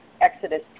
Exodus